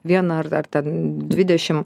vieną ar ar ten dvidešim